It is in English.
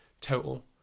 total